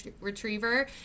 retriever